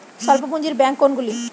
স্বল্প পুজিঁর ব্যাঙ্ক কোনগুলি?